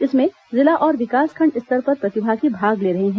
इसमें जिला और विकसखंड स्तर पर प्रतिभागी भाग ले रहे हैं